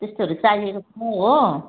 त्यस्तोहरू चाहिएको थियो हो